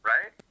Right